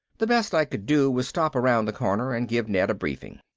the best i could do was stop around the corner and give ned a briefing.